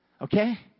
Okay